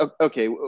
okay